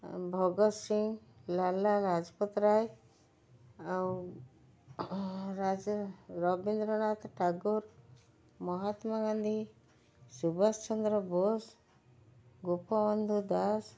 ଭଗତ୍ ସିଂ ଲାଲା ଲାଜପତ୍ ରାୟ ଆଉ ରାଜା ରବୀନ୍ଦ୍ରନାଥ ଟାଗୋର ମହାତ୍ମା ଗାନ୍ଧୀ ସୁବାଷ ଚନ୍ଦ୍ର ବୋଷ ଗୋପବନ୍ଧୁ ଦାସ